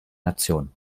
nationen